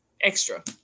extra